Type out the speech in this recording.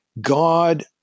God